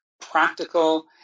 practical